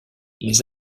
les